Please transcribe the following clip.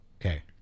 Okay